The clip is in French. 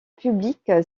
publique